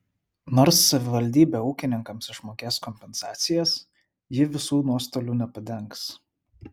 nors savivaldybė ūkininkams išmokės kompensacijas ji visų nuostolių nepadengs